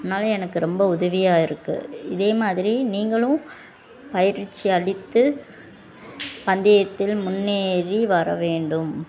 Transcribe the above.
அதனால் எனக்கு ரெம்ப உதவியாக இருக்குது இதே மாதிரி நீங்களும் பயிற்சி அளித்து பந்தயத்தில் முன்னேறி வர வேண்டும்